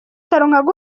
ariko